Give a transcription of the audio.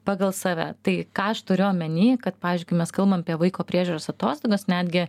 pagal save tai ką aš turiu omeny kad pavyzdžiui mes kalbam apie vaiko priežiūros atostogas netgi